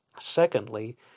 Secondly